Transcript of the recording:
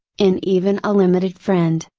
in even a limited friend,